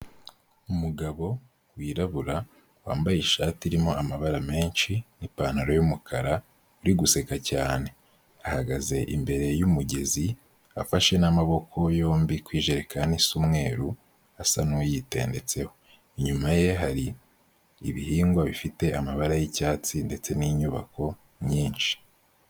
Umugabo wirabura wambaye ishati irimo amabara menshi nipantaro yumukara uri guseka cyane ahagaze imbere yumugezi afashe na'amaboko yombi kwijerekan niisumweruru asa n'uyitendetseho inyuma ye hari ibihingwa bifite amabara yicyatsi ndetse n'inyubako nyinshi.